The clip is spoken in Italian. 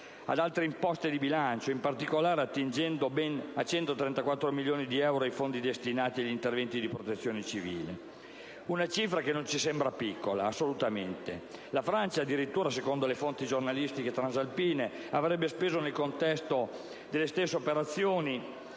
ad altre poste di bilancio, in particolare attingendo ben 134 milioni di euro ai fondi destinati agli interventi della Protezione civile: una cifra che non ci sembra affatto piccola. La Francia, addirittura, secondo fonti giornalistiche transalpine, avrebbe speso, nel contesto delle stesse operazioni